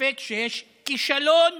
ספק שיש כישלון